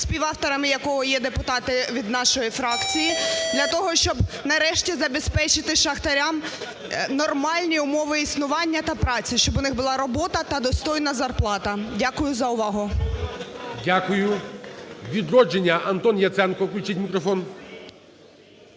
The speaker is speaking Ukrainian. співавторами якого є депутати від нашої фракції. Для того, щоб, нарешті, забезпечити шахтарям нормальні умови існування та праці, щоб у них була робота та достойна зарплата. Дякую за увагу. ГОЛОВУЮЧИЙ. Дякую. "Відродження", Антон Яценко, включіть мікрофон.